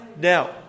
Now